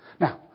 Now